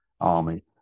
army